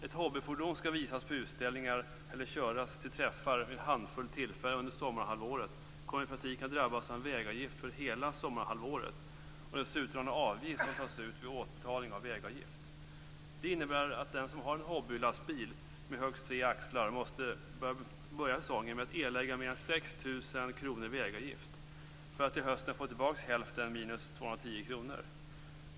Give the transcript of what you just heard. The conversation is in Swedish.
Ett hobbyfordon som skall visas på utställningar och köras till träffar vid en handfull tillfällen under sommarhalvåret kommer i praktiken att drabbas av en vägavgift för hela sommarhalvåret och dessutom av den avgift som tas ut vid återbetalning av vägavgift. Det innebär att den som innehar en hobbylastbil med högst tre axlar måste börja säsongen med att erlägga mer än 6 000 kr i vägavgift för att till hösten få tillbaka hälften minus 210 kr.